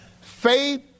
Faith